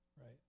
right